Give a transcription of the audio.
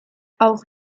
auch